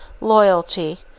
loyalty